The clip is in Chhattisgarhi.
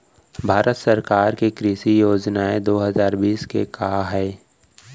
भारत सरकार के कृषि योजनाएं दो हजार बीस के का हे?